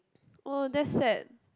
oh that's sad